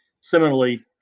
Similarly